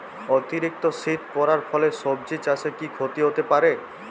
অতিরিক্ত শীত পরার ফলে সবজি চাষে কি ক্ষতি হতে পারে?